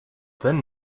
then